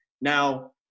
Now